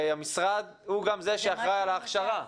הרי המשרד הוא גם זה שאחראי על ההכשרה.